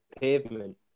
pavement